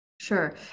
Sure